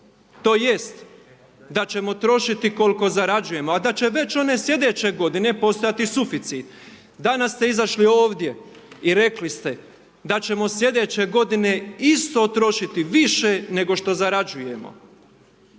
tj. da ćemo trošiti koliko zarađujemo, a da će već one slijedeće godine postojati suficit. Danas ste izašli ovdje i rekli ste da ćemo slijedeće godine isto trošiti više, nego što zarađujemo.